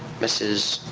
mrs.